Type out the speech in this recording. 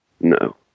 No